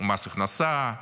מס הכנסה,